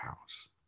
house